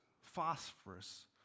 phosphorus